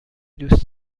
دوست